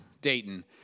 Dayton